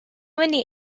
many